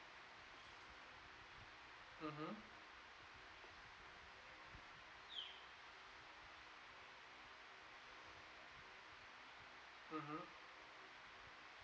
mmhmm mmhmm